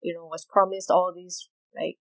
you know was promised all these like